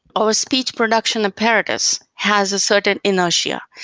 our speech production apparatus has a certain inertia,